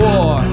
War